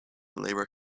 labour